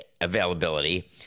availability